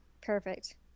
perfect